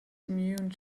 immune